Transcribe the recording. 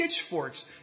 pitchforks